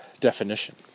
definition